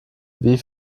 wie